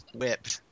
whipped